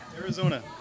arizona